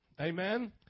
amen